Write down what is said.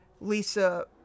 Lisa